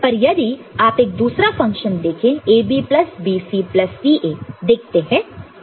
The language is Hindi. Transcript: पर यदि आप एक दूसरा फंक्शन देखें AB plus BC plus CA देखते हैं